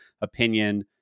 opinion